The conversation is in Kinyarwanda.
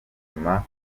bituma